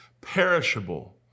perishable